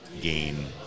gain